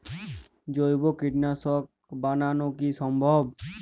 জৈব কীটনাশক বানানো কি সম্ভব?